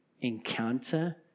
encounter